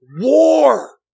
war